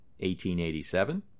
1887